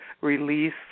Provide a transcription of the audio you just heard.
release